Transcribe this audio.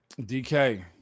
DK